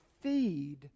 feed